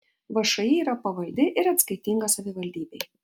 všį yra pavaldi ir atskaitinga savivaldybei